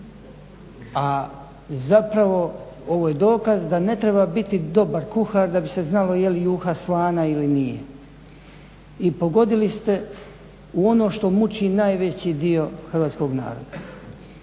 A zapravo ovo je dokaz da ne treba biti dobar kuhar da bi se znalo je li juha slana ili nije. I pogodili ste u ono što muči najveći dio hrvatskog naroda.